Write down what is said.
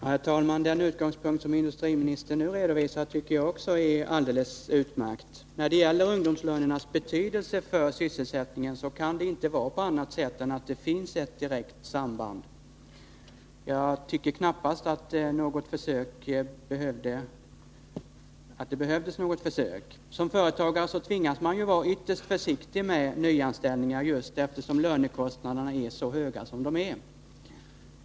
Herr talman! Den utgångspunkt som industriministern nu redovisar tycker även jag är alldeles utmärkt. När det gäller ungdomslönernas betydelse för sysselsättningen kan det inte vara på annat sätt än att det finns ett direkt samband. Jag tycker knappast att det behövs något försök. Som företagare tvingas man vara ytterst försiktig med nya anställningar just eftersom lönekostnaderna är så höga.